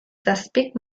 zazpik